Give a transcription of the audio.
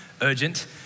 urgent